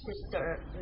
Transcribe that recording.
sister